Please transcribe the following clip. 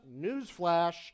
newsflash